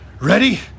Ready